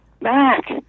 Mac